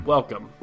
Welcome